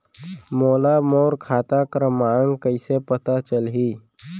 मोला मोर खाता क्रमाँक कइसे पता चलही?